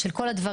של כל הדברים,